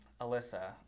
Alyssa